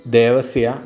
Devasya